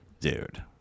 dude